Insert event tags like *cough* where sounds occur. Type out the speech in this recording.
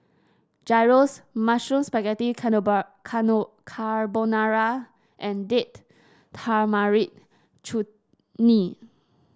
Gyros Mushroom Spaghetti *unintelligible* Carbonara and Date Tamarind Chutney